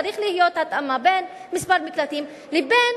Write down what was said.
צריכה להיות התאמה בין מספר המקלטים לבין